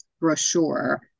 brochure